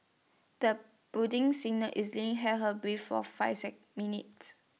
the budding singer easily held her breath for five minutes